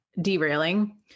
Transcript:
derailing